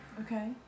Okay